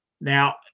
Now